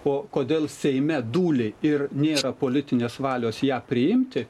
o kodėl seime dūli ir nėra politinės valios ją priimti